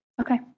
Okay